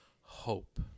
hope